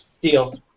Deal